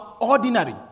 ordinary